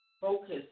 focus